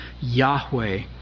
Yahweh